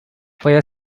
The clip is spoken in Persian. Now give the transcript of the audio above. باید